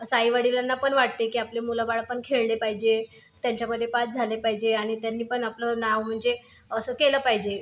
असं आई वडिलांनापण वाटते की आपले मुलं बाळंपण खेळले पाहिजे त्यांच्यामध्ये पास झाले पाहिजे आणि त्यांनीपण आपलं नाव म्हणजे असं केलं पाहिजे